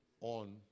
on